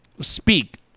speak